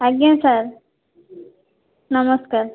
ଆଜ୍ଞା ସାର୍ ନମସ୍କାର